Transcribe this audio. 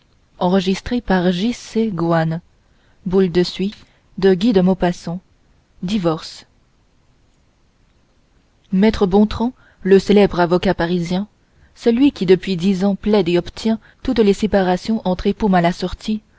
divorce divorce maître bontran le célèbre avocat parisien celui qui depuis dix ans plaide et obtient toutes les séparations entre époux mal assortis